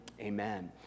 amen